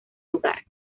lugar